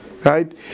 right